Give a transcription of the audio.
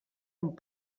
amb